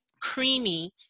creamy